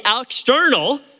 external